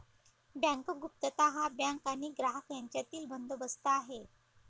bank गुप्तता हा bank आणि ग्राहक यांच्यातील बंदोबस्त आहे